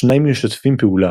השניים משתפים פעולה,